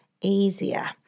easier